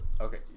Okay